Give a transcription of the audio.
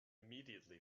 immediately